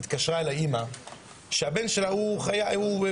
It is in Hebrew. התקשרה אליי אמא שהבן שלה הוא ביס"מ,